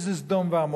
איזה סדום ועמורה.